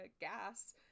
gas